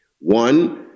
One